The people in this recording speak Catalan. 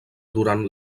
durant